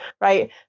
right